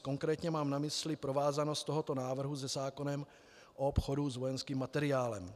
Konkrétně mám na mysli provázanost tohoto návrhu se zákonem o obchodu s vojenským materiálem.